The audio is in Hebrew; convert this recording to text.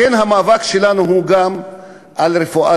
לכן, המאבק שלנו הוא גם על רפואה